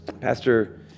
Pastor